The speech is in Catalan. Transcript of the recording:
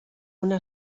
una